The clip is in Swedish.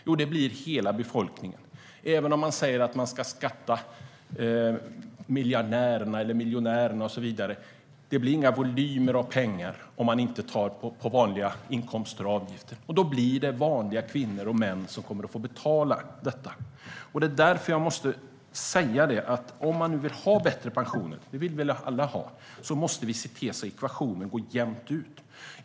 Jo, det blir hela befolkningen. Även om man säger att man ska beskatta miljonärerna, miljardärerna och så vidare blir det inga volymer av pengar om man inte tar från vanliga inkomster och avgifter. Då blir det vanliga kvinnor och män som får betala detta. Därför måste jag säga att om vi vill ha bättre pensioner - och det vill vi väl alla - måste vi se till att ekvationen går jämnt ut.